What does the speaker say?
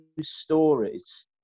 stories